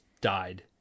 died